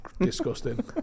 disgusting